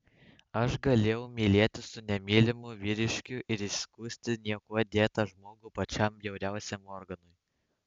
aš galėjau mylėtis su nemylimu vyriškiu ir įskųsti niekuo dėtą žmogų pačiam bjauriausiam organui